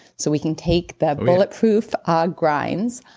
so we can take the bulletproof ah grinds.